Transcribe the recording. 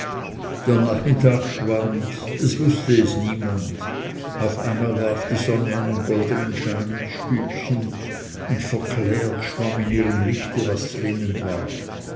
nachmittag schwand es wußte es niemand auf einmal warf die sonne einen goldenen schein ins stübchen und verklärt schwamm in ihrem lichte was darinnen war